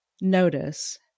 notice